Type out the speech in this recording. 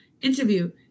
interview